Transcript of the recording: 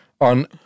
on